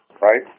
right